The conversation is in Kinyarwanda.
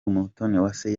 umutoniwase